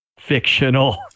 fictional